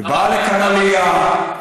ובאה לכאן עלייה.